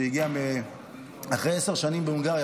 שהגיע אחרי עשר שנים בהונגריה,